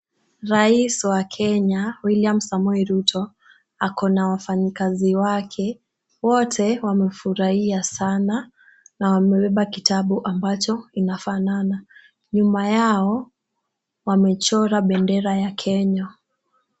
Rais wa Kenya William Samoei Ruto ako na wafanyikazi wake. Wote wamefurahia sana na wamebeba kitabu ambacho kinafanana. Nyuma yao wamechora bendera ya Kenya.